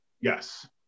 yes